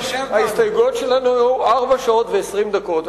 ההסתייגויות שלנו היו ארבע שעות ו-20 דקות.